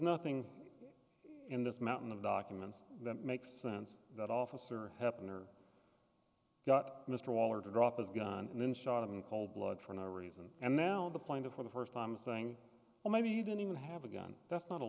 nothing in this mountain of documents that makes sense that officer happen or got mr waller to drop his gun and then shot him in cold blood for no reason and now the plaintiff or the first time saying well maybe you didn't even have a gun that's not a